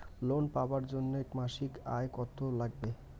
Loan পাবার জন্যে মাসিক আয় কতো লাগবে?